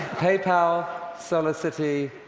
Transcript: paypal, solarcity,